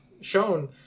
shown